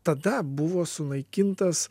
tada buvo sunaikintas